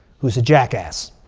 who's a jackass.